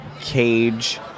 cage